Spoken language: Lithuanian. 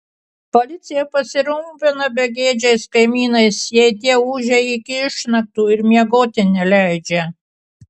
policija pasirūpina begėdžiais kaimynais jei tie ūžia iki išnaktų ir miegoti neleidžia